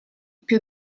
più